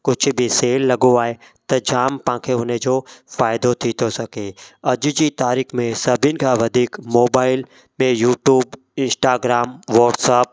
कुझु बि सेल लॻो आहे त जामु तव्हांखे हुन जो फ़ाइदो थी थो सघे अॼु जी तारीख़ में सभिनि खां वधीक मोबाइल में यूट्यूब इंस्टाग्राम वॉट्सअप